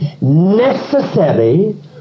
necessary